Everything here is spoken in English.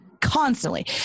constantly